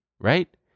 right